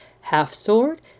half-sword